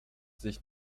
sich